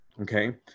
okay